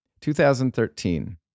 2013